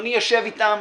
אדוני ישב איתם.